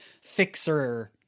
fixer